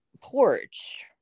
porch